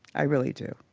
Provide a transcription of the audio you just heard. i really do.